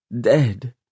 dead